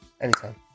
anytime